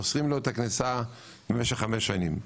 אוסרים על כניסתו למשך חמש שנים.